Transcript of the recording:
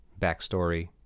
backstory